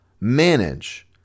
manage